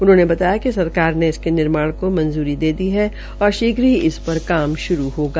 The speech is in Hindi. उन्होंने कहा कि सरकार ने इसके निर्माण की मंजूरी दे दी है और शीघ्र ही इस पर काम शुरू होगा